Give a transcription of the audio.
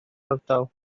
ardal